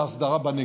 סנדוויצ'ים,